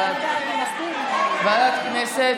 הכנסת, ועדת הכנסת.